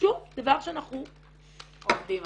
שוב, דבר שאנחנו -- עובדים עליו.